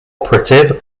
operative